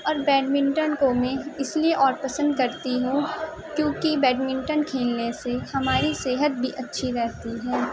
اور بیڈمنٹن کو میں اس لیے اور پسند کرتی ہوں کیوں کہ بیڈمنٹن کھیلنے سے ہماری صحت بھی اچھی رہتی ہے